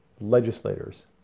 legislators